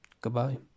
Goodbye